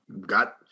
got